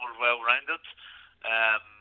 well-rounded